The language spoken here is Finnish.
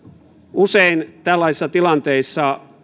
usein tällaisissa tilanteissa